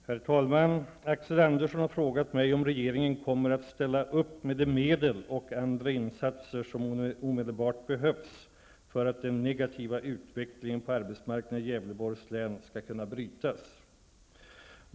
Herr talman! Axel Andersson har frågat mig, om regeringen kommer att ställa upp med de medel och andra insatser som omedelbart behövs för att den negativa utvecklingen på arbetsmarknaden i Gävleborgs län skall kunna brytas.